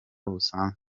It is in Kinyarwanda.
busanzwe